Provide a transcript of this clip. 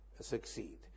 succeed